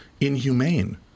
inhumane